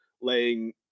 laying